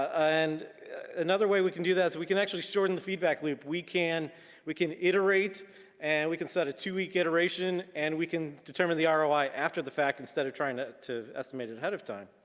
and another way we can do that is we can actually shorten the feedback loop. we can we can iterate and we can set a two week iteration and we can determine the ah roi after the fact instead of trying to to estimate it ahead of time.